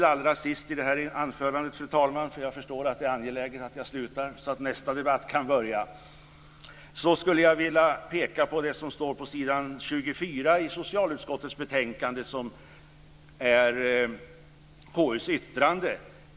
Allra sist i detta anförande - jag förstår, fru talman, att det är angeläget att jag avslutar anförandet så att nästa debatt kan börja - skulle jag vilja peka på det som står på s. 24 i socialutskottets betänkande, nämligen KU:s yttrande.